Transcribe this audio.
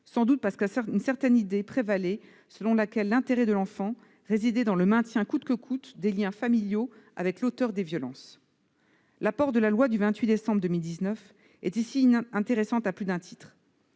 sans doute parce que prévalait une certaine idée, selon laquelle l'intérêt de l'enfant réside dans le maintien, coûte que coûte, de liens familiaux avec l'auteur des violences. L'apport de la loi du 28 décembre 2019 est ici intéressant à plus d'un titre